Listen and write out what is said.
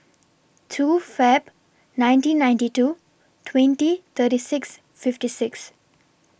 two Feb nineteen ninety two twenty thirty six fifty six